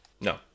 No